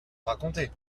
raconter